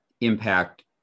impact